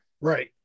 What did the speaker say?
Right